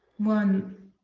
one,